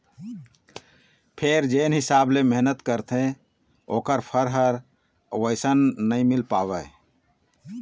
फेर जेन हिसाब ले मेहनत करथे ओखर फर ह वइसन नइ मिल पावय